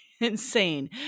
insane